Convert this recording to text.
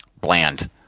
bland